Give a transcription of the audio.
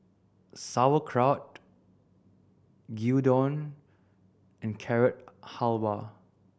Sauerkraut Gyudon and Carrot Halwa